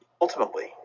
ultimately